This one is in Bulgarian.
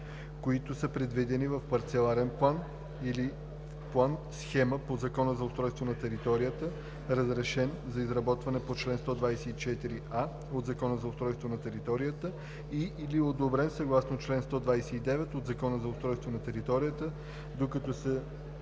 които са предвидени в парцеларен план или план-схема по Закона за устройство на територията, разрешен за изработване по чл. 124а от Закона за устройство на територията и/или одобрен съгласно чл. 129 от Закона за устройство на територията, доколкото за